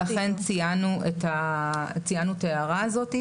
לכן ציינו את ההערה הזאת,